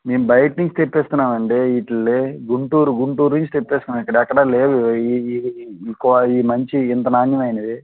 మేము బయట నుంచి తెపిస్తున్న అండి వీటిని గుంటూరు గుంటూరు నుంచి తెపిస్తున్నాం ఇక్కడ ఎక్కడ లేవు ఈఈఈఈ క్యా ఈ మంచి ఇంత నాణ్యమైనవి